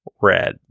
red